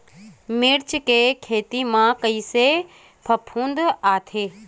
मिर्च के खेती म कइसे फफूंद आथे?